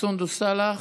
סונדוס סאלח,